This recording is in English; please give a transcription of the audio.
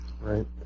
Right